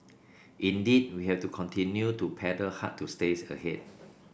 indeed we have to continue to paddle hard to stays ahead